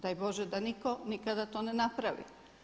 Daj Bože da nitko nikada to ne napravi.